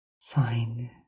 fine